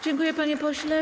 Dziękuję, panie pośle.